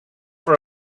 for